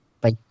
bye